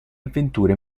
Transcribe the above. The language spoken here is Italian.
avventure